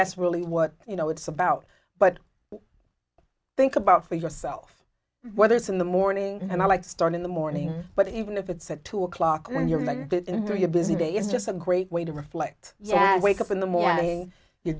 that's really what you know it's about but think about for yourself whether it's in the morning and i like to start in the morning but even if it's at two o'clock when you're like a busy day it's just a great way to reflect yet wake up in the morning you